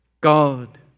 God